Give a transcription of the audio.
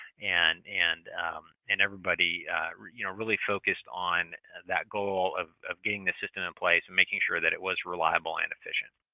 and and and everybody you know really focused on that goal of of getting the system in place and making sure it was reliable and efficient.